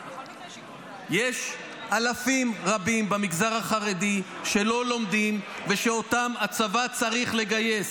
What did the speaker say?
יש אלפים רבים במגזר החרדי שלא לומדים ושאותם הצבא צריך לגייס.